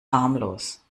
harmlos